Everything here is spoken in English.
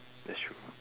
that's true